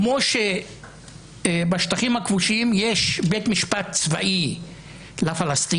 כמו שבשטחים הכבושים יש בית משפט צבאי לפלסטינים,